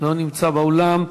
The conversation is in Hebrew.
לא נמצא באולם.